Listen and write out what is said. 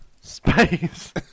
space